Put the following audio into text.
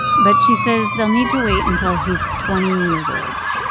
but she says they'll need to wait until he is twenty years old,